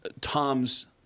Tom's